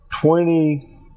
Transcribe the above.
twenty